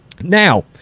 Now